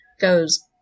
goes